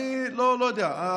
אני לא יודע,